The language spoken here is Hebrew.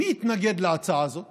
מי התנגד להצעה הזאת